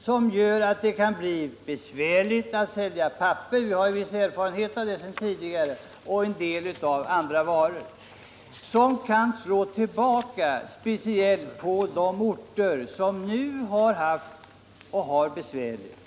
som kan leda till att det blir besvärligt att sälja papper — vi har viss erfarenhet av det sedan tidigare — och en hel del andra varor. Detta kan slå tillbaka på de orter som nu haft det besvärligt.